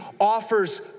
offers